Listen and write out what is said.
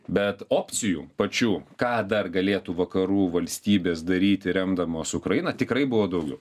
bet opcijų pačių ką dar galėtų vakarų valstybės daryti remdamos ukrainą tikrai buvo daugiau